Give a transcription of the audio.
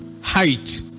height